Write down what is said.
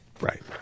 Right